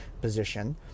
position